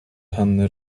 hanny